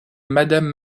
madame